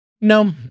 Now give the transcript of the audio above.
No